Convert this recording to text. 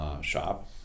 shop